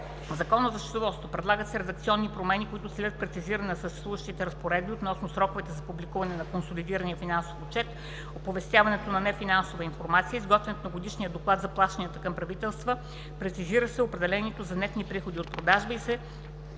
Закона за счетоводството (ЗСч): Предлагат се редакционни промени, които целят прецизиране на съществуващи разпоредби относно сроковете за публикуване на консолидирания финансов отчет, оповестяването на нефинансова информация, изготвянето на годишния доклад за плащания към правителства, прецизира се определението за „нетни приходи от продажби“ и се